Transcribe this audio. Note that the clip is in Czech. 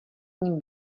ním